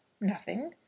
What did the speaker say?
Nothing